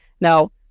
Now